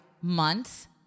months